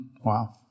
wow